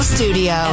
Studio